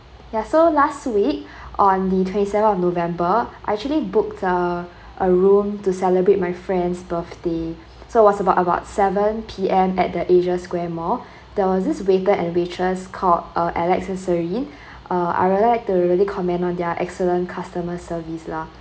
ya so last week on the twenty seven of november I actually book uh a room to celebrate my friend's birthday so was about about seven P_M at the asia square mall there was this waiter and waitress called uh alex and serene uh I would like to really comment on their excellent customer service lah